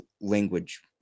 language